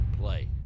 play